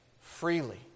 freely